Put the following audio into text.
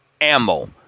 ammo